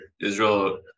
Israel